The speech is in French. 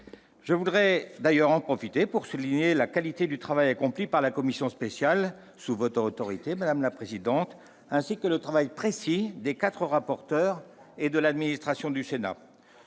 ce seul point ! J'en profite pour souligner la qualité du travail accompli par la commission spéciale sous votre autorité, madame la présidente, ainsi que le travail précis des rapporteurs et de l'administration du Sénat.